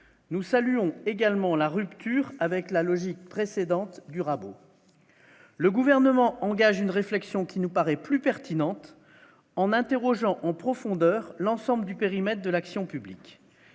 nous saluons également la rupture avec la logique précédente durable, le gouvernement engage une réflexion qui nous paraît plus pertinente en interrogeant en profondeur l'ensemble du périmètre de l'action publique,